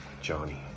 Johnny